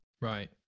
Right